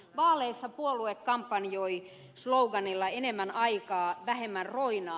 vaaleissa puolue kampanjoi slogaanilla enemmän aikaa vähemmän roinaa